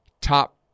top